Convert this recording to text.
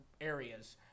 areas